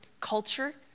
culture